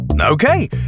Okay